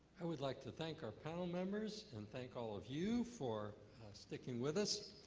i would like to thank our panel members and thank all of you for sticking with us.